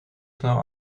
snel